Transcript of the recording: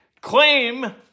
claim